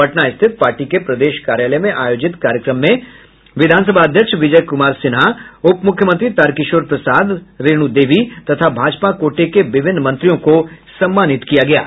पटना स्थित पार्टी के प्रदेश कार्यालय में आयोजित कार्यक्रम में विधानसभा अध्यक्ष विजय कुमार सिन्हा उप मुख्यमंत्री तारकिशोर प्रसाद और रेणु देवी तथा भाजपा कोटे के विभिन्न मंत्रियों को सम्मानित किया गा